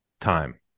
time